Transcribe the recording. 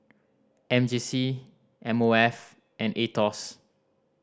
M J C M O F and Aetos